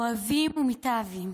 אוהבים ומתאהבים,